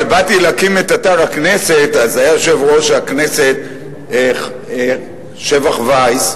כשבאתי להקים את אתר הכנסת אז היה יושב-ראש הכנסת שבח וייס,